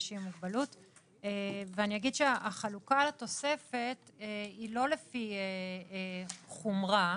אומר שהחלוקה לתוספת היא לא לפי חומרה